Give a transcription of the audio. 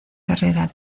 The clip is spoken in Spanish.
carrera